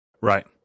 Right